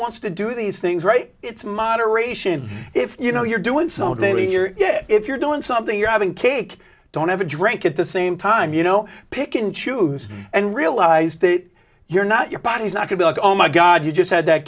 wants to do these things right it's moderation if you know you're doing some day here yeah if you're doing something you're having cake don't have a drink at the same time you know pick and choose and realize that you're not your body is not to be like oh my god you just had that